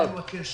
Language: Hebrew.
אני מבקש